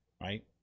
right